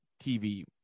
TV